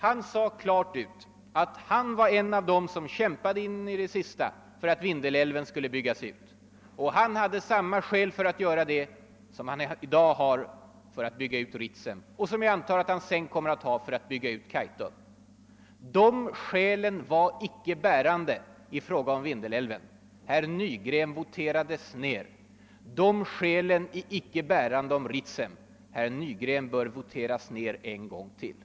Han sade klart ut att han var en av dem som kämpade in i det sista för att Vindelälven skulle byggas ut och att han anförde samma skäl för att göra det som han i dag har för att bygga ut Ritsem — och som jag antar att han senare kommer att ha för att bygga ut Kaitum. De skälen var icke bärande när det gällde Vindelälven. Herr Nygren voterades ner den gången. De skälen är inte heller bärande när det gäller Ritsem. Herr Nygren bör voteras ner ännu en gång.